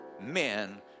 men